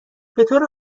بطور